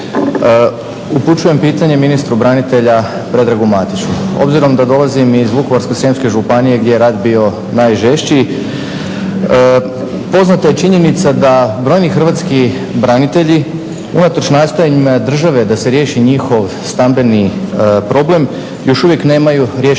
upućujem pitanje ministru branitelja Predragu Matiću. Obzirom da dolazim iz Vukovarsko-srijemske županije gdje je rat bio najžešći poznata je činjenica da brojni hrvatski branitelji unatoč nastojanjima države da se riješi njihov stambeni problem još uvijek nemaju riješeno to